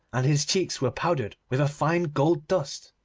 and his cheeks were powdered with a fine gold dust.